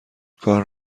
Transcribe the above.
کار